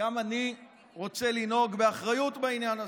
גם אני רוצה לנהוג באחריות בעניין הזה.